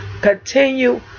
Continue